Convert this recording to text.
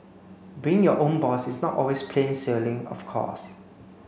being your own boss is not always plain sailing of course